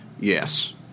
Yes